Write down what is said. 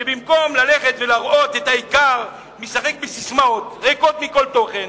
שבמקום ללכת ולהראות את העיקר משחקת בססמאות ריקות מכל תוכן.